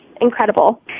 incredible